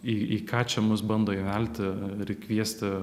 į į ką čia mus bando įvelti ir kviesti